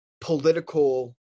political